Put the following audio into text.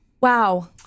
Wow